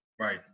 Right